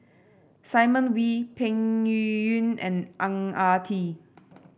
Simon Wee Peng Yuyun and Ang Ah Tee